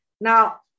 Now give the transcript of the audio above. Now